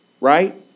Right